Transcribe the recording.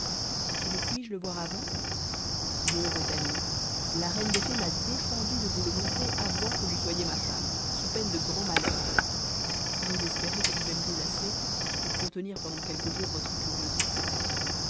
et ne puis-je le voir avant non rosalie la reine des fées m'a défendu de vous le montrer avant que vous soyez ma femme sous peine de grands malheurs j'ose espérer que vous m'aimerez assez pour contenir pendant quelques jours votre curiosité